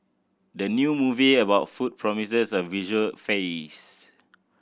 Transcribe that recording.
the new movie about food promises a visual feast